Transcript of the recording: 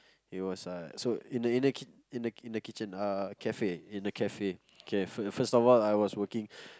it was a so in the in the kit~ in the kitchen uh in the cafe in the cafe okay so first of all I was working